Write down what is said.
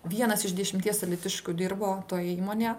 vienas iš dešimties alytiškių dirbo toj įmonėje